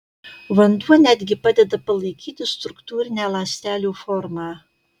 vanduo net gi padeda palaikyti struktūrinę ląstelių formą